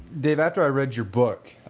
dave after i read you book,